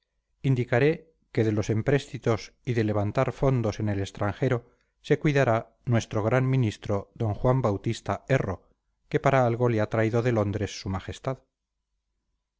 indicaré que de los empréstitos y de levantar fondos en el extranjero se cuidará nuestro gran ministro d juan bautista erro que para algo le ha traído de londres su majestad